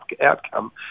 outcome